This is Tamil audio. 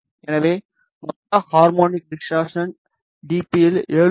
எனவே மொத்த ஹார்மோனிக் டிசார்ட்சன் டிபி இல் 7